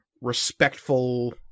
respectful